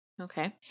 Okay